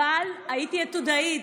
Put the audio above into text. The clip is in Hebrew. אבל הייתי עתודאית.